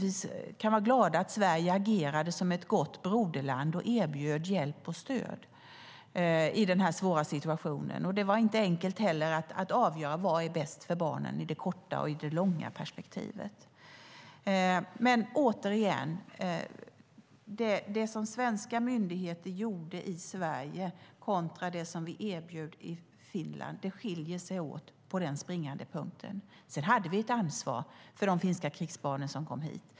Vi kan vara glada att Sverige agerade som ett gott broderland och erbjöd hjälp och stöd i denna svåra situation. Det var inte heller enkelt att avgöra vad som var bäst för barnen i det korta och i det långa perspektivet. Återigen: Det som svenska myndigheter gjorde i Sverige kontra det som vi erbjöd i Finland skiljer sig åt på denna springande punkt. Sedan hade vi ett ansvar för de finska krigsbarn som kom hit.